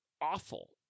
awful